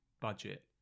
budget